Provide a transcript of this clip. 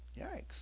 yikes